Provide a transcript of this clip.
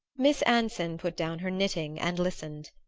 miss anson put down her knitting and listened.